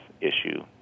issue